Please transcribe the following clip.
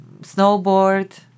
snowboard